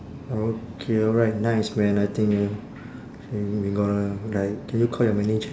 okay alright nice man I think you we we gonna like can you call your manager